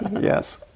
yes